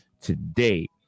today